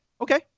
okay